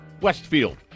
Westfield